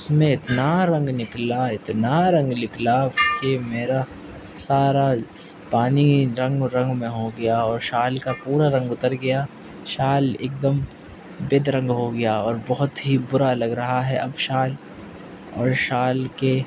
اس میں اتنا رنگ نکلا اتنا رنگ نكلا کہ میرا سارا پانی رنگ رنگ میں ہو گیا اور شال كا پورا رنگ اتر گیا شال ایک دم بد رنگ ہو گیا اور بہت ہی برا لگ رہا ہے اب شال اور شال کے